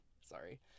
Sorry